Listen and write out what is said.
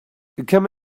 come